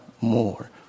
more